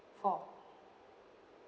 four